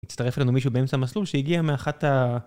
יצטרף לנו מישהו באמצע המסלול שהגיע מאחת ה...